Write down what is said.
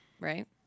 right